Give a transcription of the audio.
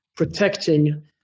protecting